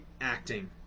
acting